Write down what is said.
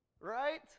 right